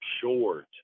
short